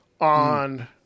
on